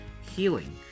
healing